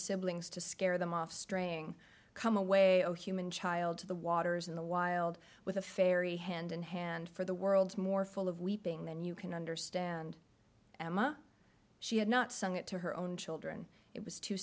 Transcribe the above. siblings to scare them off straying come away a human child to the waters in the wild with a fairy hand in hand for the world more full of weeping than you can understand emma she had not sung it to her own children it was too